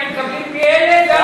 היינו מקבלים פי-אלף,